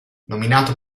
nominato